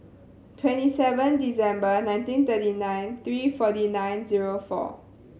twenty seven December nineteen thirty nine three forty nine zero four